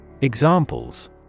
Examples